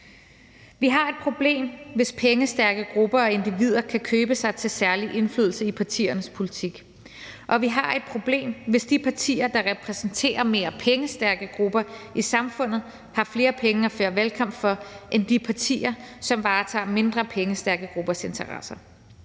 Vi har et problem, hvis pengestærke grupper og individer kan købe sig til særlig indflydelse i partiernes politik, og vi har et problem, hvis de partier, der repræsenterer de mere pengestærke grupper i samfundet, har flere penge at føre valgkamp for end de partier, som varetager de mindre pengestærke gruppers interesser.